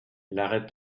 l’arrêt